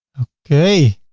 okay.